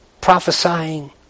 prophesying